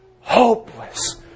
Hopeless